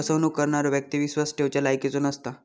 फसवणूक करणारो व्यक्ती विश्वास ठेवच्या लायकीचो नसता